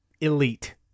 elite